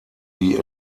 die